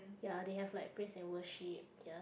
ya they have like praise and worship ya